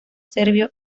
serbio